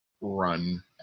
run